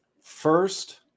first